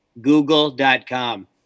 Google.com